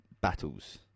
battles